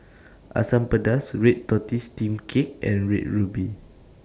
Asam Pedas Red Tortoise Steamed Cake and Red Ruby